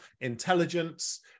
intelligence